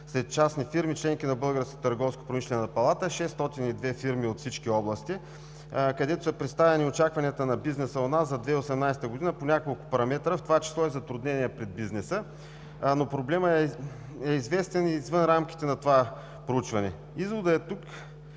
сред частни фирми, членки на Българската търговско-промишлена палата, 602 фирми от всички области, където са представени очакванията на бизнеса у нас за 2018 г. по няколко параметъра, в това число и затруднения пред бизнеса, но проблемът е известен и извън рамките на това проучване. Изводът тук